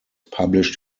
published